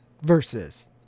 versus